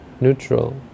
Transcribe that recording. neutral